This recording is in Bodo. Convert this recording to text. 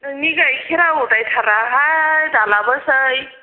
नोंनि गाइखेरा उदाय थाराहाय दालाबोसै